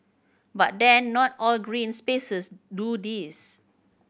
but then not all green spaces do this